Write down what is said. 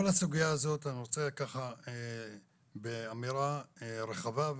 אני רוצה ככה באמירה רחבה,